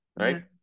right